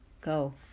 Go